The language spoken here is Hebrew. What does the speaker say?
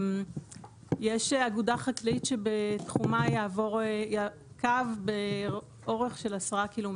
יש אגודה חקלאית שבתחומה יעבור קו באורך של עשרה ק"מ.